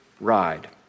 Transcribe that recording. ride